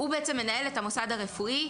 הוא מנהל את המוסד הרפואי,